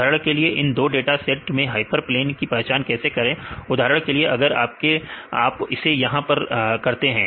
उदाहरण के लिए इन दो डाटा के सेट में हाइपरप्लेन की पहचान कैसे करें उदाहरण के लिए अगर आप इसे यहां पर करते हैं